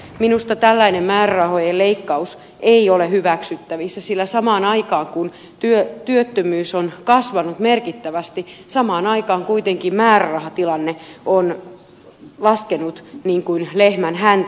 minusta tällainen määrärahojen leikkaus ei ole hyväksyttävissä sillä samaan aikaan kun työttömyys on kasvanut merkittävästi määrärahatilanne on laskenut niin kuin lehmän häntä